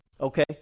Okay